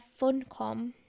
funcom